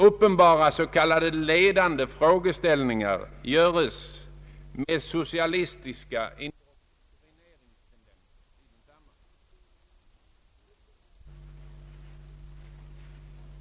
Uppenbara s.k. ledande frågeställningar göres med socialistiska indoktrineringstendenser i densamma.